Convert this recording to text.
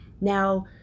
now